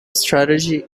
strategy